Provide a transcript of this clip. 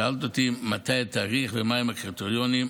שאלת אותי מתי התאריך ומהם הקריטריונים.